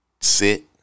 Sit